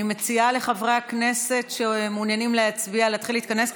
אני מציעה לחברי הכנסת שמעוניינים להצביע להתחיל להתכנס,